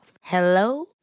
Hello